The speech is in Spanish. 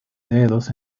dedos